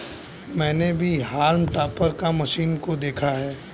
मैंने भी हॉल्म टॉपर की मशीन को देखा है